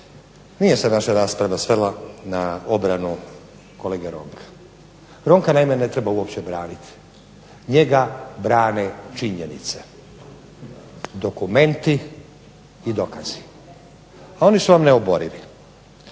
nije se naša rasprava svela na obranu kolege Ronka. Ronka naime ne treba uopće braniti. Njega brane činjenice. Dokumenti i dokazi. A oni su vam neoborivi.